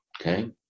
okay